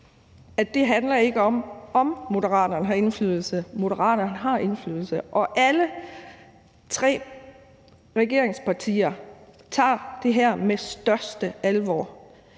ikke handler om, om Moderaterne har indflydelse – for Moderaterne har indflydelse. Alle tre regeringspartier ser på det her med den største alvor.